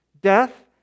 death